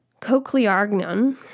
Cochleargnon